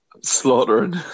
slaughtering